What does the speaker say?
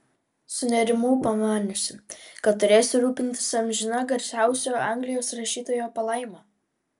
sunerimau pamaniusi kad turėsiu rūpintis amžina garsiausio anglijos rašytojo palaima